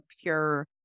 pure